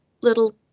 little